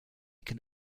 can